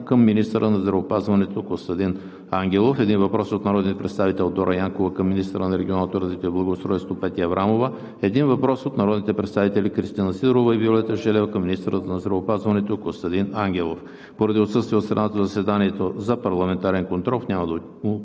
към министъра на здравеопазването Костадин Ангелов; - един въпрос от народния представител Дора Янкова към министъра на регионалното развитие и благоустройството Петя Аврамова; - един въпрос от народните представители Кристина Сидорова и Виолета Желева към министъра на здравеопазването Костадин Ангелов. Поради отсъствие от страната в заседанието за парламентарен контрол няма да